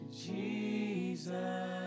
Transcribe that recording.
Jesus